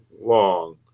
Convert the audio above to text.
long